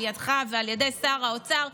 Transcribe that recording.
על ידיך ועל ידי שר האוצר,